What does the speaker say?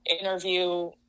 interview